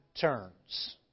turns